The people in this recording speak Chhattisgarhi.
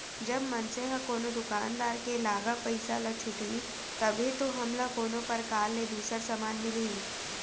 जब मनसे ह कोनो दुकानदार के लागा पइसा ल छुटही तभे तो हमला कोनो परकार ले दूसर समान मिलही